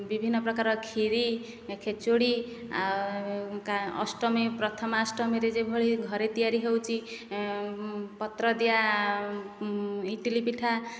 ବିଭିନ୍ନ ପ୍ରକାର ଖିରୀ ଖେଚୋଡ଼ି ଆଉ ଅଷ୍ଟମୀ ପ୍ରଥମାଅଷ୍ଟମୀରେ ଯେଉଁ ଭଳି ଘରେ ତିଆରି ହେଉଛି ପତ୍ର ଦିଆ ଇଟିଲି ପିଠା